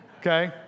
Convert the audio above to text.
okay